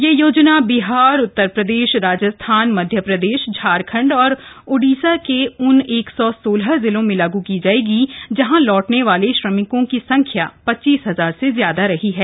यह अभियान बिहार उत्तर प्रदेश राजस्थान मध्य प्रदेश झारखंड और ओडीसा के उन एक सौ सोलह जिलों में लागू किया जाएगा जहां लौटने वाले श्रमिकों की संख्या पच्चीस हजार से ज्यादा रही है